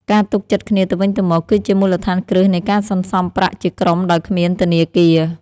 ការទុកចិត្តគ្នាទៅវិញទៅមក គឺជាមូលដ្ឋានគ្រឹះនៃការសន្សំប្រាក់ជាក្រុមដោយគ្មានធនាគារ។